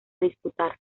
disputar